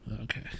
Okay